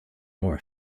more